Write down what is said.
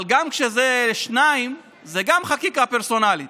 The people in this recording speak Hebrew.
אבל גם כשזה שניים זו חקיקה פרסונלית,